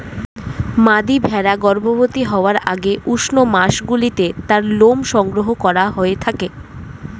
মাদী ভেড়া গর্ভবতী হওয়ার আগে উষ্ণ মাসগুলিতে তার লোম সংগ্রহ করা হয়ে থাকে